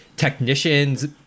technicians